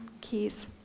keys